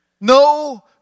No